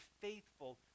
faithful